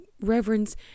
reverence